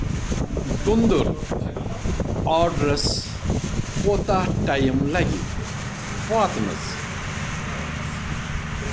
گۄنٛدُر آرڈرَس کوٗتاہ ٹایِم لگہِ واتنَس